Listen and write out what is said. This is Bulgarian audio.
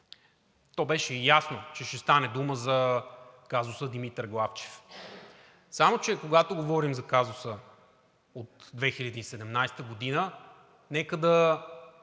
Беше ясно, че ще стане дума за казуса „Димитър Главчев“, само че когато говорим за казуса от 2017 г., нека да